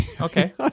okay